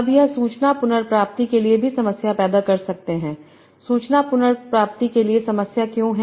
अब यह सूचना पुनर्प्राप्ति के लिए भी समस्या पैदा कर सकते है सूचना पुनर्प्राप्ति के लिए समस्या क्यों है